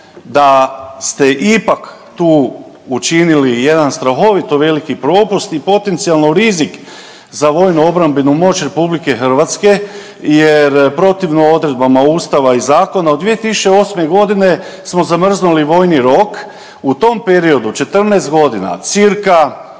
da ste ipak tu učinili jedan strahovito veliki propust i potencijalno rizik za vojnu obrambenu moć RH jer protivno odredbama ustava i zakona od 2008.g. smo zamrznuli vojni rok u tom periodu 14 godina cca